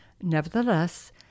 nevertheless